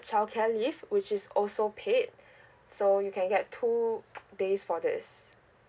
childcare leave which is also paid so you can get two days for this